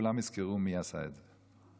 כולם יזכרו מי עשה את זה.